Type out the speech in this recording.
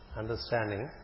understanding